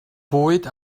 bwyd